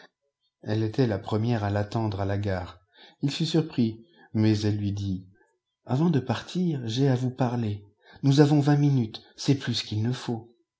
elle était la première à l'attendre à la gare ii fut surpris mais elle lui dit avant de partir j'ai à vous parler nous avons vingt minutes c'est plus qu'il ne faut